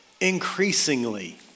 increasingly